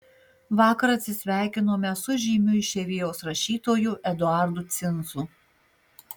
vakar atsisveikinome su žymiu išeivijos rašytoju eduardu cinzu